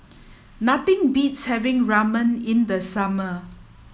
nothing beats having Ramen in the summer